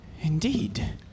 Indeed